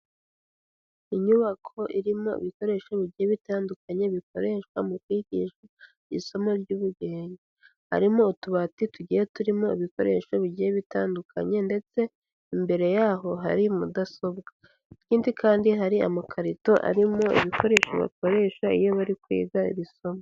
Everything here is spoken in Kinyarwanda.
Inyubako irimo ibikoresho bigiye bitandukanye bikoreshwa mu kwigisha isomo ry'ubugenge, harimo utubati tugiye turimo ibikoresho bigiye bitandukanye ndetse imbere yaho hari mudasobwa, ikindi kandi hari amakarito arimo ibikoresho bakoresha iyo bari kwiga iri somo.